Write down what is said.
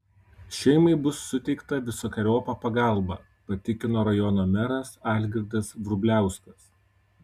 šeimai bus suteikta visokeriopa pagalba patikino rajono meras algirdas vrubliauskas